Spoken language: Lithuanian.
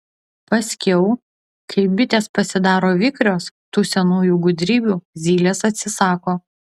paskiau kai bitės pasidaro vikrios tų senųjų gudrybių zylės atsisako